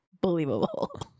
believable